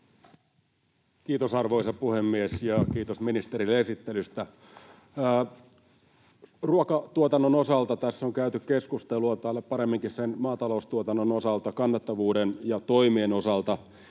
Kiitos, arvoisa puhemies! Ja kiitos ministerille esittelystä. Ruokatuotannon, tai paremminkin sen maataloustuotannon, kannattavuuden ja toimien osalta